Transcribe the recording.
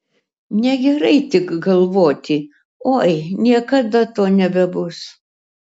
negerai tik galvoti oi niekada to nebebus